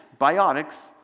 biotics